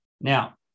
Now